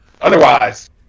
Otherwise